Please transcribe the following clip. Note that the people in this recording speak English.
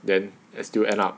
then as still end up